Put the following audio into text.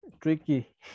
tricky